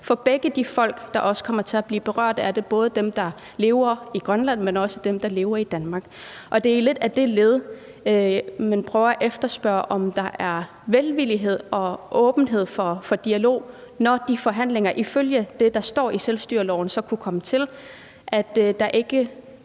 for begge de folk, der også kommer til at blive berørt af det – både dem, der lever i Grønland, men også dem, der lever i Danmark. Det er lidt som led i det, at man prøver at efterspørge, om der er velvillighed og åbenhed for dialog og ikke modstand fra regeringens side mod at kunne føre de